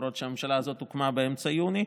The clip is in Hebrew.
למרות שהממשלה הזאת הוקמה באמצע יוני,